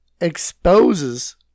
exposes